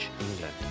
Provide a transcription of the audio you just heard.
England